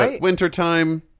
Wintertime